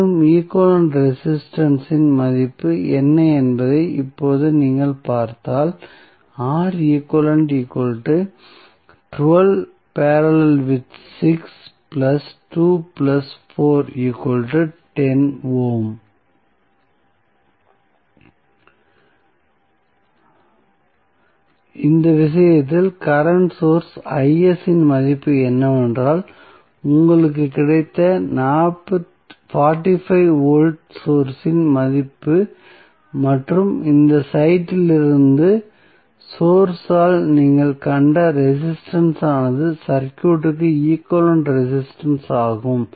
மீண்டும் equivalent resistance இன் மதிப்பு என்ன என்பதை இப்போது நீங்கள் பார்த்தால் இந்த விஷயத்தில் சோர்ஸ் கரண்ட் இன் மதிப்பு என்னவென்றால் உங்களுக்கு கிடைத்த 45 வோல்டேஜ் சோர்ஸ் இன் மதிப்பு மற்றும் இந்த சைட்டிலிருந்து சோர்ஸ் ஆல் நீங்கள் கண்ட ரெசிஸ்டன்ஸ் ஆனது சர்க்யூட்க்கு ஈக்வலன்ட் ரெசிஸ்டன்ஸ் ஆகும்